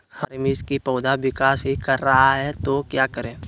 हमारे मिर्च कि पौधा विकास ही कर रहा है तो क्या करे?